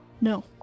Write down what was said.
No